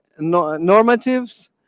normatives